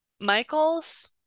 Michaels